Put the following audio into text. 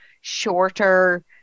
shorter